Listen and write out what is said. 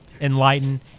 enlighten